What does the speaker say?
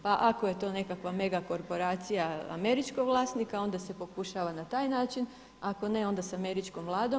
Pa ako je to nekakva mega korporacija američkog vlasnika onda se pokušava na taj način, ako ne, onda sa američkom Vladom.